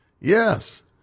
Yes